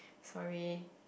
sorry